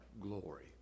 glory